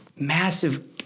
massive